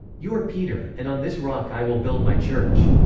you are peter, and on this rock i will build my church.